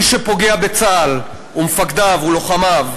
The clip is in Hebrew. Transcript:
מי שפוגע בצה"ל ומפקדיו ולוחמיו,